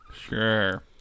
sure